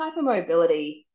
hypermobility